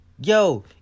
Yo